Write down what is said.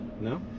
No